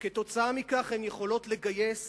וכתוצאה מכך הן יכולות לגייס